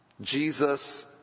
Jesus